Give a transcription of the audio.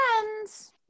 friends